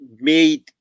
made